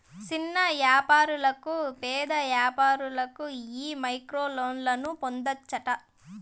సిన్న యాపారులకు, పేద వ్యాపారులకు ఈ మైక్రోలోన్లు పొందచ్చట